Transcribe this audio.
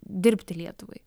dirbti lietuvai